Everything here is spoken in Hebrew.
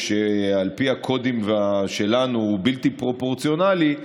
שעל פי הקודים שלנו הוא בלתי פרופורציונלי,